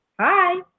Hi